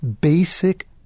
basic